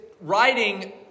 writing